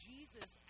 Jesus